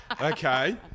Okay